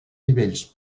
nivells